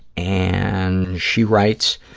and she writes,